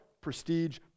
prestige